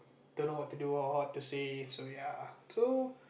don't know what to do or what to say so